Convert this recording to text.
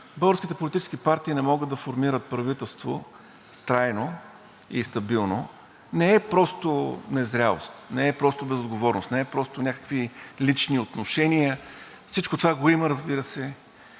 българските политически партии не могат да формират правителство – трайно и стабилно, не е просто незрялост, не е просто безотговорност, не е просто някакви лични отношения, всичко това го има, разбира се,